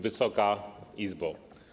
Wysoka Izbo!